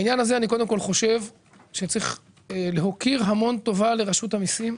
בעניין הזה קודם כול אני חושב שצריך להוקיר המון טובה לרשות המיסים.